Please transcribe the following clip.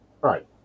Right